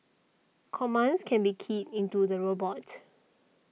commands can be keyed into the robot